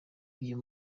uyu